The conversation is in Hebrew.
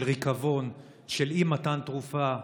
של ריקבון, של אי-מתן תרופה,